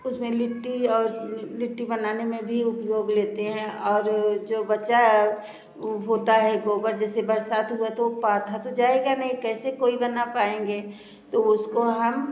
उसमें लिट्टी और लिट्टी बनाने में भी उपयोग लेते हैं और जो बचा होता है गोबर जैसे बरसात हुआ तो ओ पाथा तो जाएगा नहीं कैसे कोई बना पाएंगे तो वो उसको हम